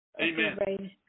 Amen